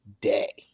day